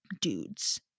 dudes